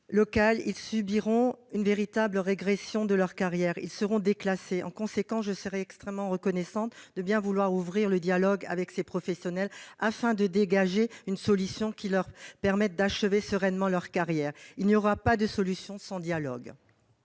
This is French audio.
ils subiront une véritable régression de leur carrière. Ils seront déclassés. En conséquence, je vous serai extrêmement reconnaissante de bien vouloir ouvrir le dialogue avec ces professionnels, afin de dégager une solution qui leur permette d'achever sereinement leur carrière. Il n'y aura pas de solution sans dialogue.